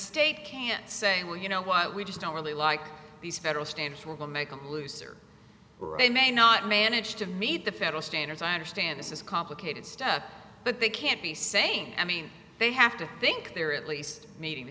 state can't say well you know what we just don't really like these federal standards will make them looser they may not manage to meet the federal standards i understand this is complicated stuff but they can't be saying i mean they have to think they're at least meeting